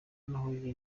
nahuye